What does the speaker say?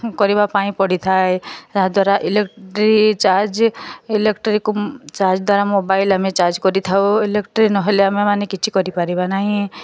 କରିବାପାଇଁ ପଡ଼ିଥାଏ ତାହା ଦ୍ୱାରା ଇଲେକ୍ଟ୍ରି ଚାର୍ଜ୍ ଇଲେକ୍ଟ୍ରିକୁ ଚାର୍ଜ୍ ଦ୍ୱାରା ଆମେ ମୋବାଇଲ୍ ଚାର୍ଜ୍ କରିଥାଉ ଇଲେକ୍ଟ୍ରି ନହେଲେ ଆମେ କିଛି କରିପାରିବା ନାହିଁ